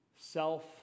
self